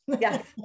Yes